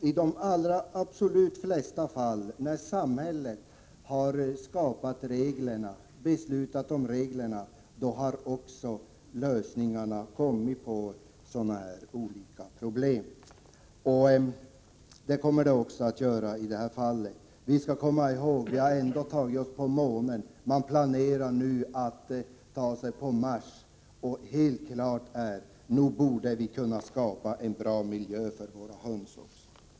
I de allra flesta fall där samhället har beslutat om nya regler har det också kommit lösningar på de olika problem som kan ha uppstått. Så kommer också att ske i detta fall. Man bör komma ihåg att vi ändå har tagit oss till månen, man planerar nu att ta sig till Mars. Därför är det helt klart att vi nog också borde kunna skapa en bra miljö för våra höns.